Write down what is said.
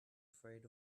afraid